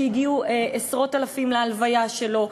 שהגיעו עשרות-אלפים להלוויה שלו,